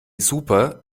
super